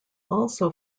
also